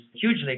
hugely